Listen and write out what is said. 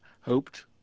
hoped